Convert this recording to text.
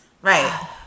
Right